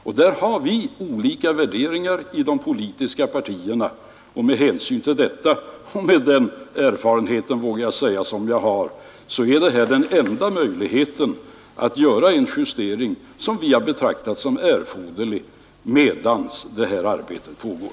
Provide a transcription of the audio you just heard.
Vi har olika värderingar om detta i de olika politiska partierna, och detta förhållande liksom den erfarenhet jag har säger mig att detta provisorium är den enda möjlighet vi har att göra den justering som vi har betraktat som erforderlig medan skatteutredningen pågår.